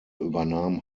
übernahm